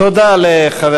תודה לחבר